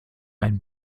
ein